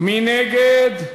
מי נגד?